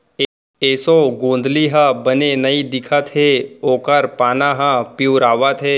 एसों गोंदली ह बने नइ दिखत हे ओकर पाना ह पिंवरावत हे